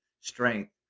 strength